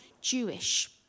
Jewish